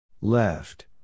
Left